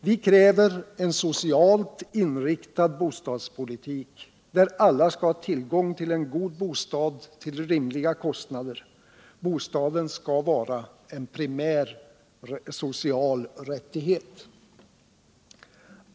Vi kräver en socialt inriktad bostadspolivik där alla skall ha tillgång till en god bostad till rimliga kostnader. Bostaden skall vara en primär social rättighet.